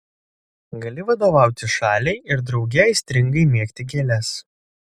gali vadovauti šaliai ir drauge aistringai mėgti gėles